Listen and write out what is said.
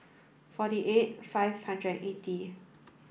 forty eight five hundred and eighty